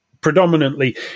predominantly